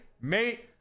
Mate